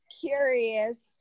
curious